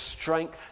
strength